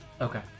Okay